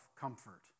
comfort